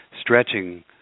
stretching